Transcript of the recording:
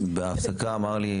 בהפסקה אמר לי,